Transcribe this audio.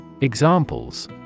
Examples